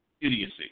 idiocy